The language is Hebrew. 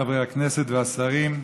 חברי הכנסת והשרים,